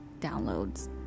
downloads